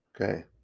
Okay